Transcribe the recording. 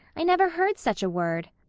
i never heard such a word.